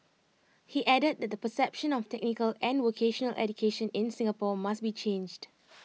he added that the perception of technical and vocational education in Singapore must be changed